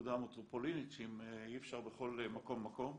הנקודה המטרופולינית אם אי אפשר בכל מקום ומקום,